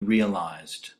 realized